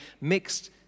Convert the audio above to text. mixed